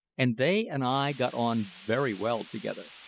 and they and i got on very well together.